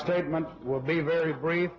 statement will be very bra